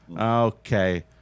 Okay